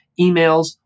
emails